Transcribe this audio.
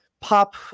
pop